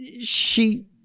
she-